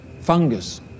fungus